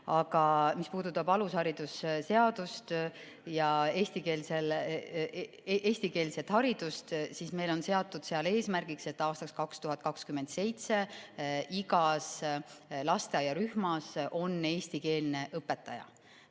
Aga mis puudutab alushariduse seadust ja eestikeelset haridust, siis meil on seatud seal eesmärgiks, et aastaks 2027 igas lasteaiarühmas on eestikeelne õpetaja.